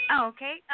Okay